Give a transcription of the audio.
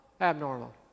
abnormal